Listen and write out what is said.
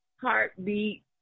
heartbeat